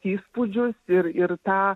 įspūdžius ir ir tą